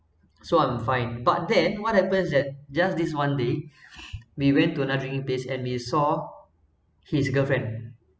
so I'm fine but then what happens is just this one day we went to another drinking place and we saw his girlfriend